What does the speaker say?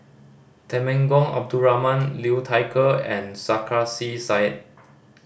Temenggong Abdul Rahman Liu Thai Ker and Sarkasi Said